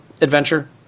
adventure